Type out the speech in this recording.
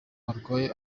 barwaye